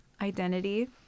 identity